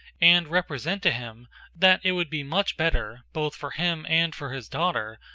and represent to him that it would be much better, both for him and for his daughter,